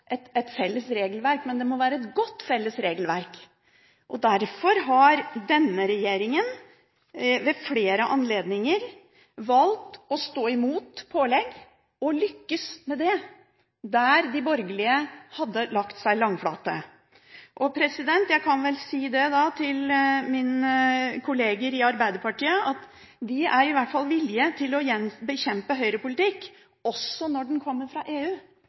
felles regelverk. Derfor har denne regjeringen ved flere anledninger valgt å stå imot pålegg og lyktes med det der de borgerlige hadde lagt seg langflate. Jeg kan da si til mine kolleger i Arbeiderpartiet at de er i hvert fall villige til å bekjempe høyrepolitikk – også når den kommer fra EU.